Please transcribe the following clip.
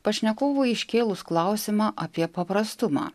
pašnekovui iškėlus klausimą apie paprastumą